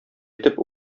итеп